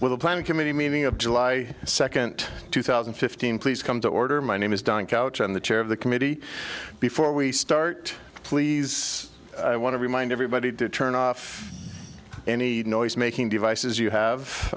the planning committee meeting of july second two thousand and fifteen please come to order my name is don couch on the chair of the committee before we start please i want to remind everybody to turn off any noise making devices you